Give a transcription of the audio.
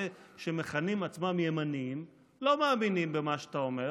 של אלה שמכנים עצמם "ימנים" הם לא מאמינים במה שאתה אומר